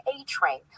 A-train